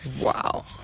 Wow